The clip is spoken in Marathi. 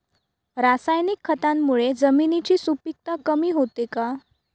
रासायनिक खतांमुळे जमिनीची सुपिकता कमी होते का?